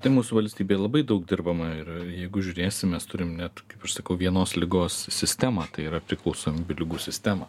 tai mūsų valstybėj labai daug dirbama ir jeigu žiūrėsim mes turim net kaip aš sakau vienos ligos sistemą tai yra priklausomybių ligų sistemą